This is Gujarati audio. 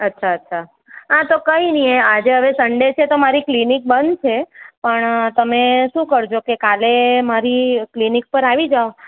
અચ્છા અચ્છા હા તો કઈ નઇ આજે હવે સનડે છે તો મારી ક્લિનિક બંધ છે પણ તમે શું કરજો કે કાલે મારી ક્લિનિક પર આવી જાવ